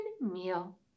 meal